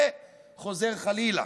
וחוזר חלילה.